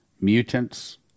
mutants